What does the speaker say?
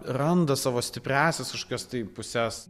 randa savo stipriąsias kažkas tai puses